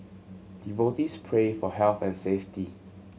devotees pray for health and safety